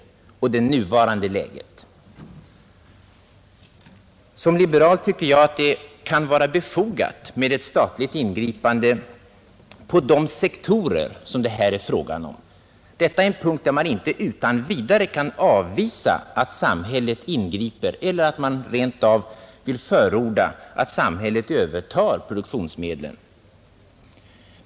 Som liberal tycker jag att det kan vara befogat med ett ökat mått av statlig insyn på de sektorer det här är fråga om. Detta är rent av en punkt där man inte utan vidare kan avvisa tanken på att samhället skall ingripa.